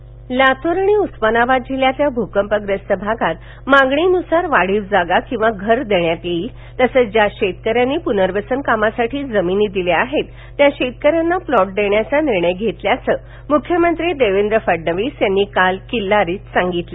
किल्लारी लातूर आणि उस्मनाबाद जिल्ह्यातल्या भुकंपग्रस्त भागात मागणी नुसार वाढीव जागा किंवा घर देण्यात येईल तसंच ज्या शेतक यांनी पुनवर्सन कामासाठी जमिनी दिल्या आहेत त्या शेतक यांना प्लॉट देण्याचा निर्णय घेतल्याचं मुख्यमंत्री देवेंद्र फडणवीस यांनी काल किल्लारीत सांगितलं